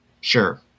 sure